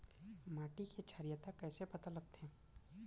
माटी के क्षारीयता कइसे पता लगथे?